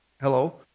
Hello